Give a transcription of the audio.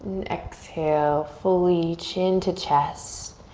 exhale fully chin to chest.